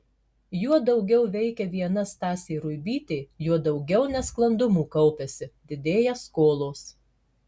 juo daugiau veikia viena stasė ruibytė juo daugiau nesklandumų kaupiasi didėja skolos